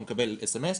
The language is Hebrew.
הוא מקבל אסמס,